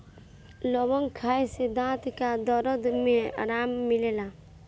लवंग खाए से दांत के दरद में आराम मिलेला